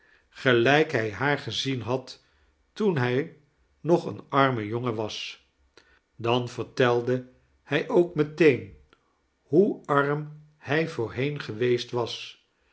hij haar gezien had toen hij nog een arme jongen was dan vertelde hij ook meteen hoe arm hij voorheen geweest was